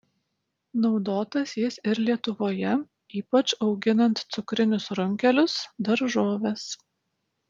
naudotas jis ir lietuvoje ypač auginant cukrinius runkelius daržoves